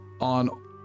on